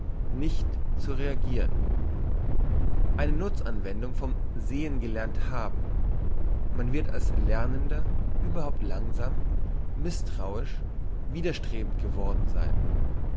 nicht zu reagiren eine nutzanwendung vom sehen gelernt haben man wird als lernender überhaupt langsam misstrauisch widerstrebend geworden sein